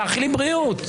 תאחלי בריאות.